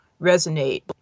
resonate